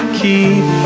keep